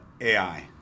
AI